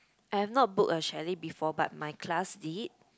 I've not book a chalet before but my class did